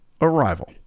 arrival